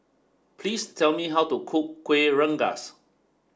please tell me how to cook Kuih Rengas